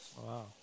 Wow